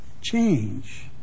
Change